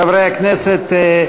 חברי הכנסת,